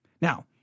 Now